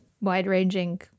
wide-ranging